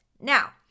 Now